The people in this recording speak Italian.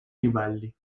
ribelli